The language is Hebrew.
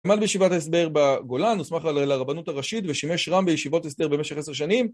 עמד בישיבת הסדר בגולן, הוסמך לרבנות הראשית ושימש רב בישיבות הסדר במשך עשר שנים